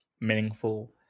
meaningful